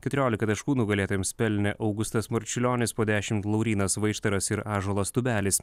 keturiolika taškų nugalėtojams pelnė augustas marčiulionis po dešim laurynas vaištaras ir ąžuolas tubelis